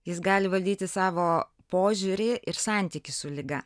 jis gali valdyti savo požiūrį ir santykį su liga